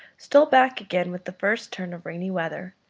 stole back again with the first turn of rainy weather.